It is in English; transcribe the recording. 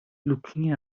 looking